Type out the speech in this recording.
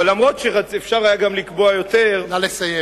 אבל אף-על-פי שאפשר היה גם לקבוע יותר, נא לסיים.